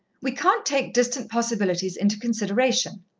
we can't take distant possibilities into consideration,